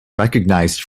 recognized